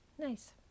Nice